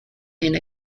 and